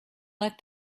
let